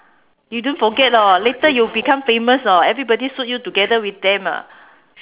you don't forget lor later you become famous orh everybody shoot you together with them ah